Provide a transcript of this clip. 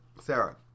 Sarah